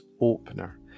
opener